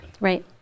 Right